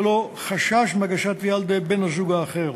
ללא חשש מהגשת תביעה על-ידי בן-הזוג האחר.